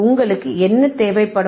உங்களுக்கு என்ன தேவைப்படும்